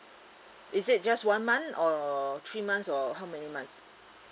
is it just one month or three months or how many months